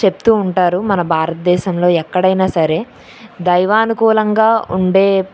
చెబుతూ ఉంటారు మన భారతదేశంలో ఎక్కడైనా సరే దైవానుకూలంగా ఉండే